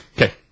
okay